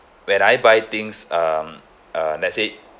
when I buy things um uh let's say